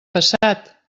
passat